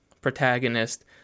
protagonist